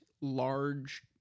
large